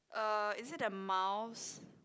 uh is it a mouse